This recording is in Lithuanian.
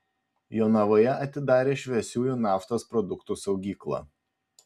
jonavoje atidarė šviesiųjų naftos produktų saugyklą